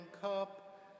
cup